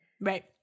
Right